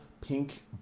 pink